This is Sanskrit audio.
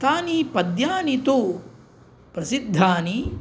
तानि पद्यानि तु प्रसिद्धानि